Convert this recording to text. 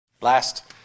Last